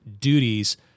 duties